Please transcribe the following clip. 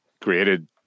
created